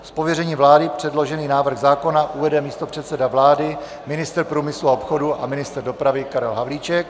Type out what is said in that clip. Z pověření vlády předložený návrh zákona uvede místopředseda vlády, ministr průmyslu a obchodu a ministr dopravy Karel Havlíček.